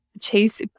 chase